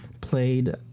played